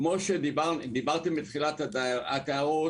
כפי שנאמר בתחילת הדיון,